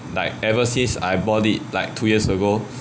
like ever since I bought it like two years ago